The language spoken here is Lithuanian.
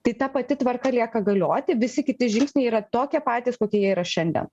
tai ta pati tvarka lieka galioti visi kiti žingsniai yra tokie patys kokie jie yra šiandien